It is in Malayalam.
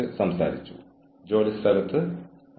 ഇതിന് ശേഷം ഇനിയും നിരവധി വരാനുണ്ട്